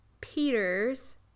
Peters